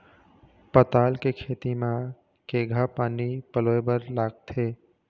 पताल के खेती म केघा पानी पलोए बर लागथे?